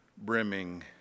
brimming